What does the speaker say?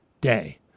Day